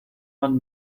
man